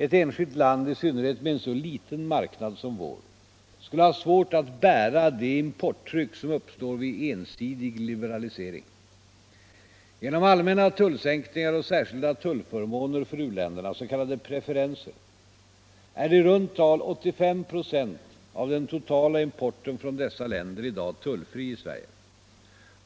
Ett enskilt land — i synnerhet med en så liten marknad som vår — skulle ha svårt att bära det importtryck som uppstår vid ensidig liberalisering. Genom allmänna tullsänkningar och särskilda tullförmåner för u-länderna, s.k. preferenser, är i runt tal 85 A av den totala importen från dessa länder i dag tullfri i Sverige.